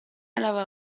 alaba